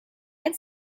and